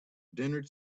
dinner